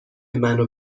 منو